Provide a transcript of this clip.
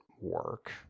work